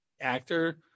actor